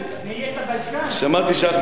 שמעתי שאחמד טיבי רוצה להתגייר.